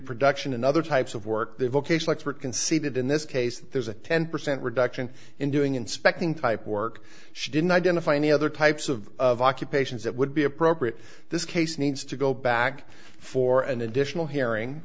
production and other types of work their vocation expert can see that in this case there's a ten percent reduction in doing inspecting type work she didn't identify any other types of of occupations that would be appropriate for this case needs to go back for an additional hearing